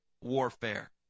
warfare